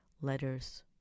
letters